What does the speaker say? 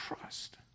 trust